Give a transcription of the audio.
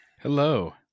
Hello